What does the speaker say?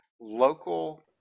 local